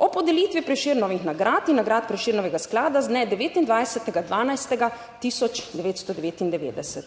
o podelitvi Prešernovih nagrad in nagrad Prešernovega sklada, z dne 29. 12. 1999.